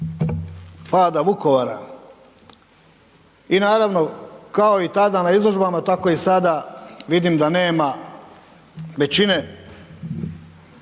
pada Vukovara i naravno, kao i tada na izložbama, tako i sada vidim da nema većine